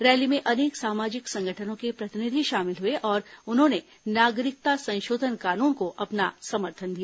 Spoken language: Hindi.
रैली में अनेक सामाजिक संगठनों के प्रतिनिधि शामिल हुए और उन्होंने नागरिकता संशोधन कानून को अपना समर्थन दिया